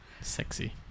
Sexy